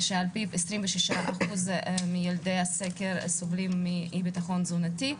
שעל-פיו 26% מילדי הסקר סובלים מאי ביטחון תזונתי.